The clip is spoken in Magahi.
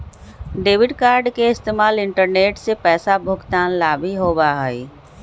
डेबिट कार्ड के इस्तेमाल इंटरनेट से पैसा भुगतान ला भी होबा हई